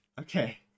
Okay